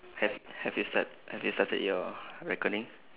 have have you start have you started your recording